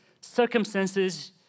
circumstances